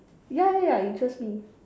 ya ya ya interest me